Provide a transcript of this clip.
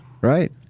Right